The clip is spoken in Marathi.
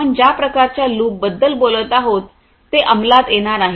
आपण ज्या प्रकारच्या लूप बद्दल बोलत आहोत ते अंमलात येणार आहे